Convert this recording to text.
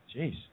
Jeez